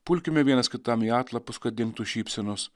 pulkime vienas kitam į atlapus kad dingtų šypsenos